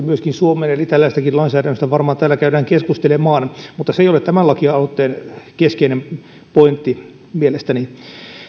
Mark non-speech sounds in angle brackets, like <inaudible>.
<unintelligible> myöskin suomeen eli tällaisestakin lainsäädännöstä varmaan täällä käydään keskustelemaan mutta se ei ole tämän lakialoitteen keskeinen pointti mielestäni